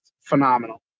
phenomenal